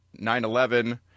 9-11